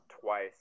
twice